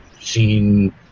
seen